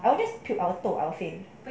I always pick alto outfit